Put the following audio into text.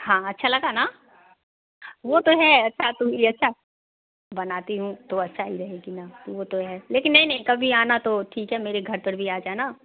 हाँ अच्छा लगा ना वो तो है अच्छा तो अच्छा बनाती हूँ तो अच्छा ही रहेगी ना वो तो है लेकिन नहीं नहीं कभी आना तो ठीक है मेरे घर पर भी आ जाना